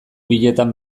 bietan